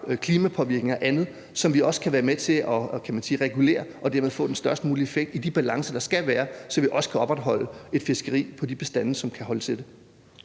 klimapåvirkninger og andet – som vi også kan være med til at regulere, og dermed få den størst mulige effekt i de balancer, der skal være, så vi kan opretholde et fiskeri på de bestande, som kan holde til det.